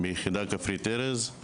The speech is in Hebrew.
ביחידת ׳כפרי ארז׳.